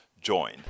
join